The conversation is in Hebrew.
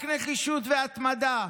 רק נחישות והתמדה,